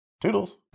Toodles